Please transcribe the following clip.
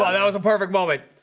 ah that was a perfect moment